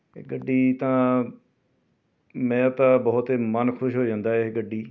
ਇਹ ਗੱਡੀ ਤਾਂ ਮੈਂ ਤਾਂ ਬਹੁਤ ਏ ਮਨ ਖੁਸ਼ ਹੋ ਜਾਂਦਾ ਇਹ ਗੱਡੀ